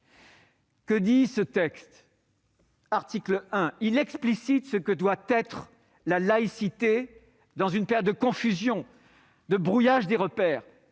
Que prévoit le texte ? Son article 1 précise ce que doit être la laïcité dans une période de confusion, de brouillage des repères